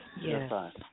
Yes